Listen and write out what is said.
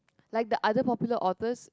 like the other popular authors